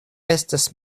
estas